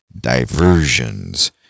diversions